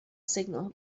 signal